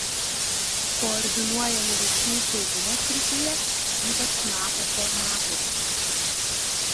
koordinuojami veiksmai saugumo srityje ypač nato formatuose